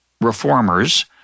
Reformers